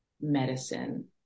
medicine